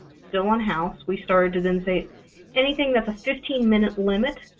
still in-house. we started to then say anything that's a fifteen minute limit,